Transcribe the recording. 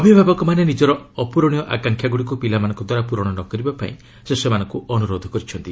ଅଭିଭାବକମାନେ ନିଜର ଅପ୍ରରଣୀୟ ଆକାଂକ୍ଷାଗୁଡ଼ିକୁ ପିଲାମାନଙ୍କ ଦ୍ୱାରା ପ୍ରରଣ ନ କରିବା ପାଇଁ ସେ ସେମାନଙ୍କୁ ଅନୁରୋଧ କରିଛନ୍ତି